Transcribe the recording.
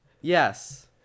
Yes